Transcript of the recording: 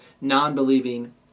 non-believing